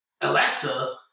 Alexa